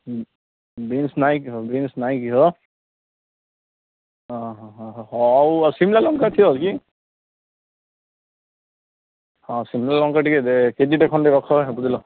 beans ନାହିଁ କି ହଁ ବିନ୍ସ ନାହିଁ କି ହଁ ହଁ ହଉ ଆଉ ସିମ୍ଲା ଲଙ୍କା ଥିବ କି ହଁ ସିମ୍ଲା ଲଙ୍କା ଟିକେ କେଜିଟେ ଖଣ୍ଡେ ରଖ ହେ ବୁଝିଲ